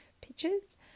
pictures